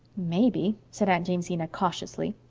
maybe, said aunt jamesina cautiously.